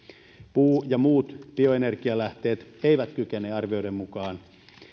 puu ja muut bioenergialähteet eivät kykene arvioiden mukaan